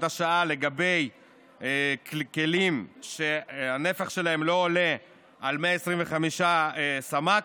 השעה לגבי כלים שהנפח שלהם לא עולה על 125 סמ"ק,